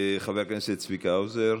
חבר הכנסת צביקה האוזר,